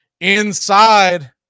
inside